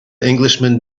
englishman